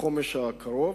לחמש השנים הקרובות,